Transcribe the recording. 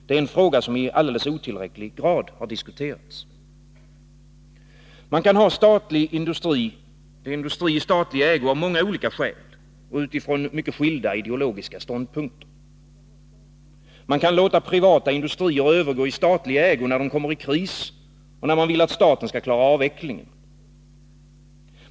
Det är en fråga som i alldeles otillräcklig grad har diskuterats. Man kan ha industri i statlig ägo av många olika skäl och utifrån mycket skilda ideologiska ståndpunkter. Man kan låta privata industrier övergå i statlig ägo när de kommer i kris, och när man vill att staten skall klara avvecklingen.